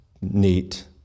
neat